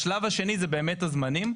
השלב השני זה באמת הזמנים.